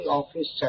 office